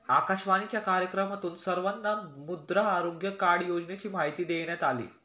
आकाशवाणीच्या कार्यक्रमातून सर्वांना मृदा आरोग्य कार्ड योजनेची माहिती देण्यात आली